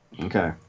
Okay